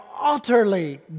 utterly